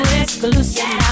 exclusive